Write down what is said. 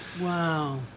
Wow